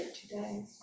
today